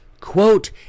quote